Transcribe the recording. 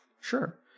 Sure